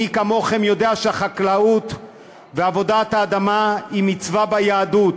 מי כמוכם יודע שהחקלאות ועבודת האדמה הן מצווה ביהדות,